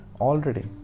already